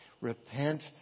Repent